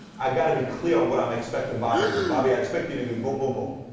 i got to be clear on what i'm expecting bobby to do. bobby, i expect you to do boom, boom, boom.